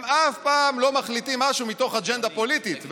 הם אף פעם לא מחליטים משהו מתוך אג'נדה פוליטית,